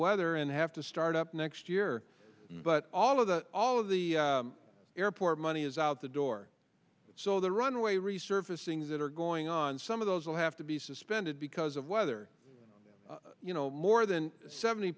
weather and have to start up next year but all of the all of the airport money is out the door so the runway resurfacing that are going on some of those will have to be suspended because of weather you know more than seventy